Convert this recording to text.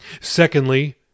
Secondly